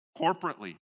corporately